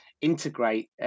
integrate